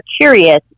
curious